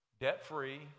debt-free